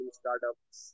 startups